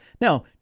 Now